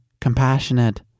compassionate